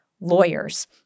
lawyers